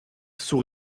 sous